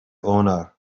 honor